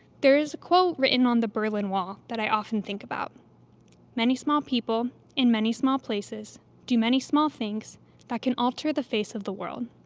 there is a quote written on the berlin wall that i often think about many small people in many small places do many small things that can alter the face of the world.